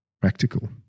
practical